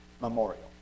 memorial